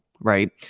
Right